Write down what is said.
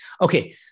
Okay